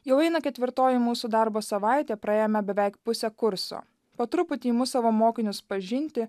jau eina ketvirtoji mūsų darbo savaitė praėjome beveik pusę kurso po truputį imu savo mokinius pažinti